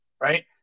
right